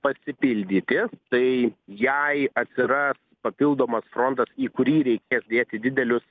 pasipildyti tai jei atsiras papildomas frontas į kurį reikės dėti didelius